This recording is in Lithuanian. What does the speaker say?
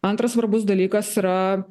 antras svarbus dalykas yra